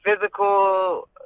physical